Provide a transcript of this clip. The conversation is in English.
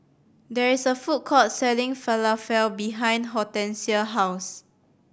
there is a food court selling Falafel behind Hortencia's house